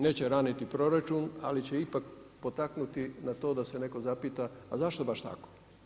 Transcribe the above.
Neće raniti proračun ali će ipak potaknuti na to da se neko zapita a zašto baš tako?